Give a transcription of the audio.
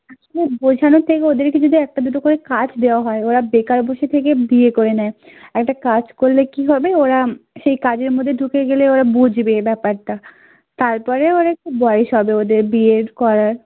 আসলে বোঝানোর থেকে ওদেরকে যদি একটা দুটো করে কাজ দেওয়া হয় ওরা বেকার বসে থেকে বিয়ে করে নেয় একটা কাজ করলে কী হবে ওরা সেই কাজের মধ্যে ঢুকে গেলে ওরা বুঝবে ব্যাপারটা তারপরে ওরা একটু বয়স হবে ওদের বিয়ের করার